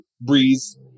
breeze